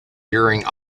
during